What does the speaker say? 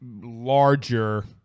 larger